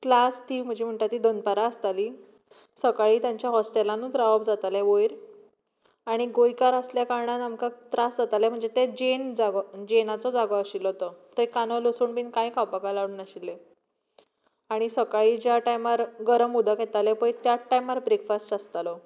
class ती म्हजी म्हणटा ती दनपारां आसताली सकाळीं तेंच्या हॉस्टॅलानूच रावप जातालें वयर आनी गोंयकार आसल्या कारणान आमकां त्रास जाताले म्हणजे ते जैन जागो जैनाचो जागो आशिल्लो तो थंय कांदो लसूण बीन कांय खावपाक अलावड नाशिल्लें आनी सकाळीं ज्या टायमार गरम उदक येतालें पळय त्यात टायमार ब्रेकफास्ट आसतालो